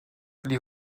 les